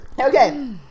Okay